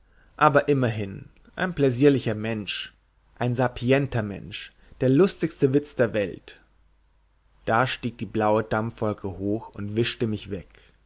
aber immerhin ein pläsierlicher mensch ein sapienter mensch der lustigste witz der welt da stieg die blaue dampfwolke hoch und wischte mich weg